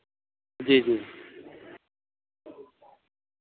जी जी